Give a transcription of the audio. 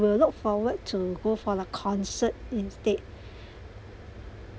will look forward to go for the concert instead